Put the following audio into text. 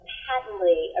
patently